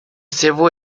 several